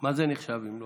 למה זה נחשב, אם לא?